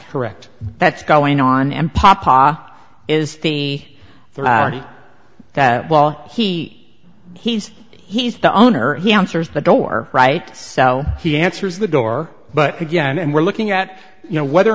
correct that's going on and papa is the third party that while he he's he's the owner he answers the door right so he answers the door but again and we're looking at you know whether or